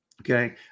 Okay